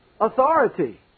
authority